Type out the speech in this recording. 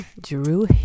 drew